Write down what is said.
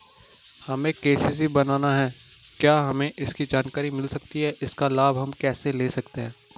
हमें के.सी.सी बनाना है क्या हमें इसकी जानकारी मिल सकती है इसका लाभ हम कैसे ले सकते हैं?